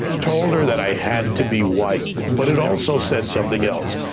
told her that i had to be white, but it also said something else.